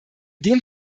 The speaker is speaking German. dem